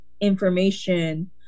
information